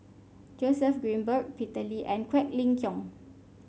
Joseph Grimberg Peter Lee and Quek Ling Kiong